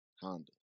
Honda